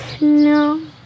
No